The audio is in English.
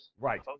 Right